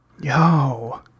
Yo